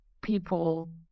people